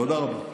תודה רבה.